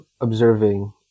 observing